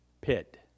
pit